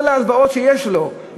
כל ההלוואות שיש לו,